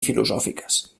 filosòfiques